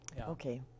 Okay